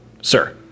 sir